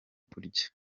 kurya